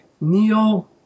Neil